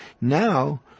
now